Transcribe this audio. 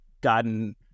gotten